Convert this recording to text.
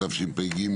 התשפ"ג,